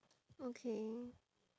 okay